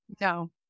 No